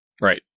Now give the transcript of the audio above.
Right